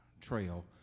trail